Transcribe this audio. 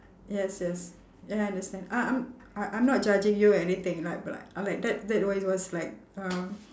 yes yes ya I understand uh I'm uh I'm not judging you or anything you know like I'll be like I like that that where you was like um